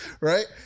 right